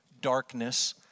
darkness